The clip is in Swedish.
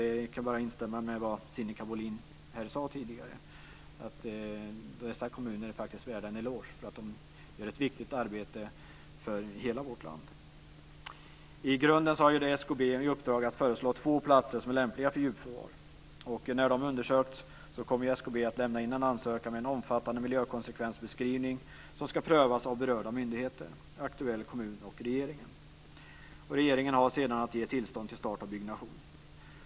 Jag kan bara instämma i vad Sinikka Bohlin sade här tidigare, att dessa kommuner faktiskt är värda en eloge därför att de gör ett viktigt arbete för hela vårt land. I grunden har SKB i uppdrag att föreslå två platser som är lämpliga för djupförvar. När de har undersökts kommer SKB att lämna in en ansökan med en omfattande miljökonsekvensbeskrivning som ska prövas av berörda myndigheter, aktuell kommun och regeringen. Regeringen har sedan att ge tillstånd till start av byggnation.